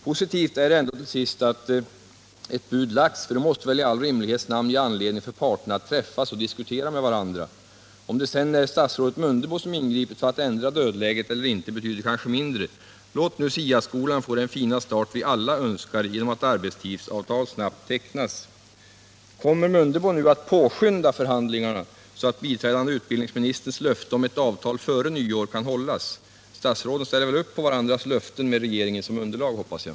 Positivt är det ändå till sist att ett bud lagts — det måste väl i all. rimlighets namn ge parterna anledning att träffas och diskutera med varandra. Om det sedan är statsrådet Mundebo som ingripit för att ändra dödläget eller inte betyder kanske mindre. Låt nu SIA-skolan få den fina start vi alla önskar genom att arbetstidsavtal snabbt tecknas! Kommer statsrådet Mundebo nu att påskynda förhandlingarna, så att biträdande utbildningsministerns löfte om ett avtal före nyår kan hållas? Jag hoppas att statsråden ställer upp på varandras löften med regeringen som underlag.